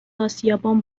اسیابان